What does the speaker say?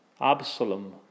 Absalom